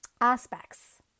aspects